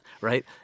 right